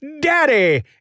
daddy